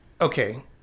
Okay